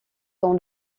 dans